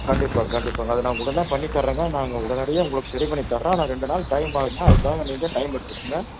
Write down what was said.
கண்டிப்பாக கண்டிப்பாகங்க நான் அது உடனே பண்ணி தர்றங்க நாங்கள் உடனடியாக உங்களுக்கு ரெடி பண்ணி தர்றோம் ஆனால் ரெண்டு நாள் டைம் ஆகுமா அதுக்காக நீங்கள் டைம் எடுத்துக்கங்க